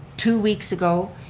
two weeks ago,